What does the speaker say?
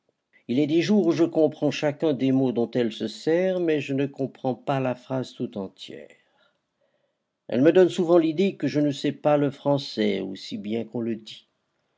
il est des jours où je comprends chacun des mots dont elle se sert mais je ne comprends pas la phrase tout entière elle me donne souvent l'idée que je ne sais pas le français aussi bien qu'on le dit